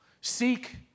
Seek